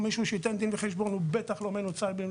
אם מישהו ייתן על זה דין וחשבון אז תשמעו שהוא לא מנוצל במלואו,